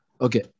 Okay